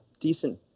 decent